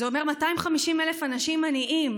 זה אומר ש-250,000 אנשים עניים.